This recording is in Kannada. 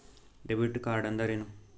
ಡೆಬಿಟ್ ಕಾರ್ಡ್ಅಂದರೇನು?